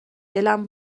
دلم